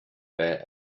were